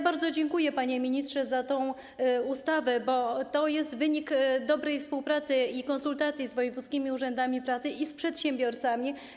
Bardzo dziękuję, panie ministrze, za tę ustawę, bo to jest wynik dobrej współpracy i konsultacji z wojewódzkimi urzędami pracy i z przedsiębiorcami.